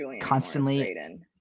constantly